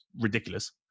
ridiculous